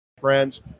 friends